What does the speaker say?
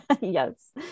Yes